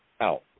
out